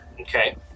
okay